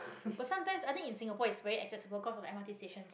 but sometimes i think in singapore it's very accessible 'cause of the m_r_t stations